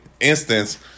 instance